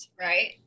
right